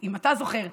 אם אתה זוכר,